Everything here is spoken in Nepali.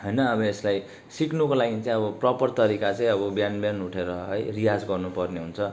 होइन अब यसलाई सिक्नको लागि चाहिँ अब प्रोपर तरिका चाहिँ अब बिहान बिहान उठेर है रियाज गर्नुपर्ने हुन्छ